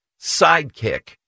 sidekick